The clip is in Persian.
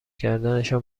کردنشان